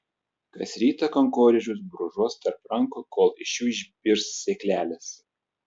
kas rytą kankorėžius brūžuos tarp rankų kol iš jų išbirs sėklelės